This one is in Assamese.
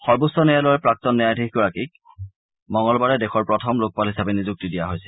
সৰ্বোচ্চ ন্যায়ালয়ৰ প্ৰাক্তন ন্যায়াধীশ গৰাকীক মঙলবাৰে দেশৰ প্ৰথম লোকপাল হিচাপে নিযুক্তি দিয়া হৈছিল